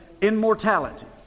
immortality